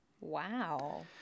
Wow